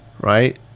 Right